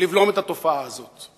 לבלום את התופעה הזאת.